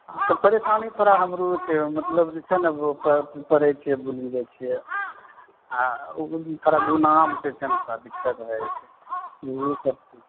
तऽ परेशानी थोड़ा हमरो छै मतलब जे छै ने प पढ़ै छियै भुलि जाइ छियै आ ओ थोड़ा गुणामे जे छै ने थोड़ा दिक्कत भऽ जाइ छै यही सब चीज